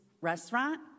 Restaurant